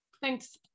Thanks